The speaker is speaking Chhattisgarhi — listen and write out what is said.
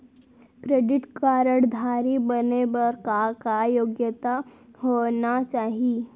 क्रेडिट कारड धारी बने बर का का योग्यता होना चाही?